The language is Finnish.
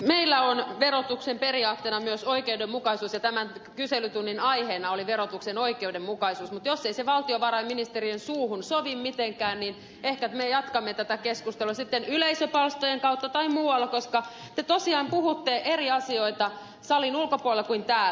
meillä on verotuksen periaatteena myös oikeudenmukaisuus ja tämän kyselytunnin aiheena oli verotuksen oikeudenmukaisuus mutta jos ei se valtiovarainministerin suuhun sovi mitenkään niin ehkä me jatkamme tätä keskustelua sitten yleisöpalstojen kautta tai muualla koska te tosiaan puhutte eri asioita salin ulkopuolella kuin täällä